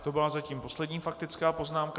To byla zatím poslední faktická poznámka.